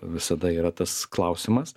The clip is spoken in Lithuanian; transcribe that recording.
visada yra tas klausimas